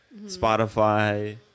Spotify